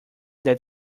that